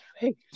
fake